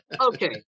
okay